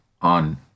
on